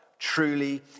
truly